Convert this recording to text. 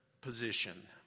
position